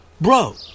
Bro